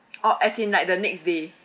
or as in like the next day